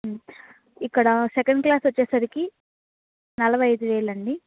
ఇక్కడ second class వచ్చేసరికి నలభై ఐదు వేలు అండి